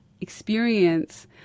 experience